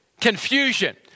confusion